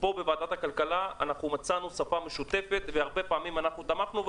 בוועדת הכלכלה הרבה פעמים מצאנו שפה משותפת והרבה פעמים תמכנו.